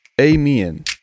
Amen